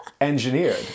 engineered